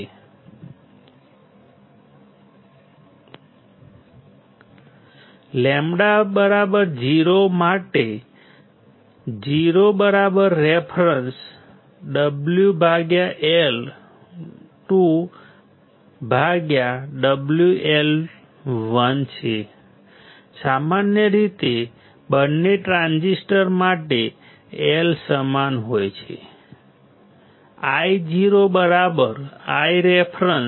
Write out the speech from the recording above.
λ0 માટે IoIref WL2WL1 સામાન્ય રીતે બંને ટ્રાન્ઝિસ્ટર માટે L સમાન હોય છે IoIref W2W1